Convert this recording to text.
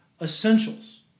essentials